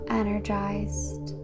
energized